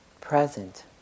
present